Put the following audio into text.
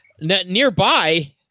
Nearby